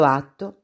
atto